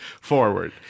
forward